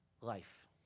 life